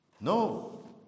no